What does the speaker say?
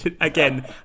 Again